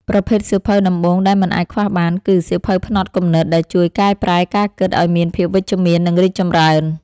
ប្រភេទសៀវភៅដំបូងដែលមិនអាចខ្វះបានគឺ សៀវភៅផ្នត់គំនិត ដែលជួយកែប្រែការគិតឱ្យមានភាពវិជ្ជមាន និងរីកចម្រើន។